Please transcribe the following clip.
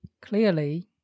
clearly